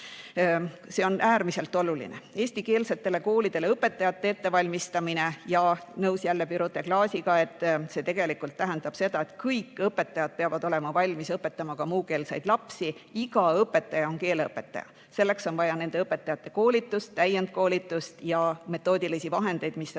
See on äärmiselt oluline. Eestikeelsetele koolidele õpetajate ettevalmistamine – jaa, nõus jälle Birute Klaasiga, et see tegelikult tähendab seda, et kõik õpetajad peavad olema valmis õpetama ka muukeelseid lapsi, iga õpetaja on keeleõpetaja. Selleks on vaja nende õpetajate koolitust, täienduskoolitust ja metoodilisi vahendeid, mis neid